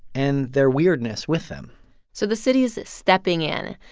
and their weirdness with them so the city is stepping in.